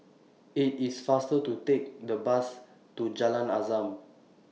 IT IS faster to Take The Bus to Jalan Azam